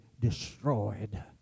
destroyed